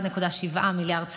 עמד על 1.7 מיליארד שקיות,